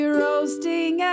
roasting